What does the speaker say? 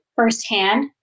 firsthand